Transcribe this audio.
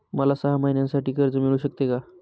मला सहा महिन्यांसाठी कर्ज मिळू शकते का?